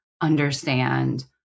understand